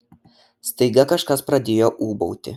staiga kažkas pradėjo ūbauti